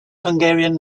hungarian